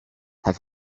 have